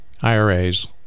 IRAs